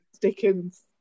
dickens